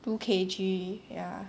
two K_G ya